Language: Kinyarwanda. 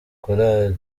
korali